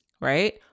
right